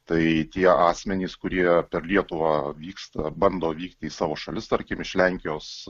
tai tie asmenys kurie per lietuvą vyksta bando vykti į savo šalis tarkim iš lenkijos